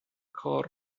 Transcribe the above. کار